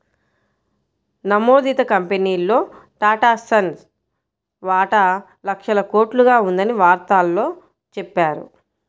నమోదిత కంపెనీల్లో టాటాసన్స్ వాటా లక్షల కోట్లుగా ఉందని వార్తల్లో చెప్పారు